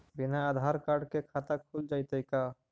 बिना आधार कार्ड के खाता खुल जइतै का?